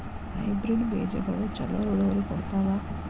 Hybrid ಬೇಜಗೊಳು ಛಲೋ ಇಳುವರಿ ಕೊಡ್ತಾವ?